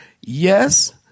Yes